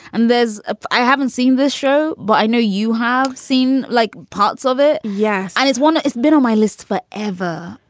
and there's. ah i haven't seen this show, but i know you have seen like parts of it. yes. and it's one. it's been on my list for ever.